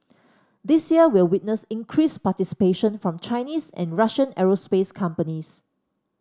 this year will witness increased participation from Chinese and Russian aerospace companies